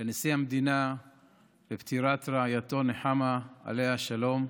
לנשיא המדינה בפטירת רעייתו נחמה, עליה השלום.